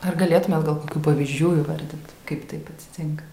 ar galėtumėt gal kokių pavyzdžių įvardint kaip taip atsitinka